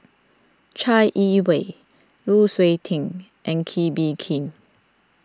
Chai Yee Wei Lu Suitin and Kee Bee Khim